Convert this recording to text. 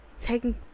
taking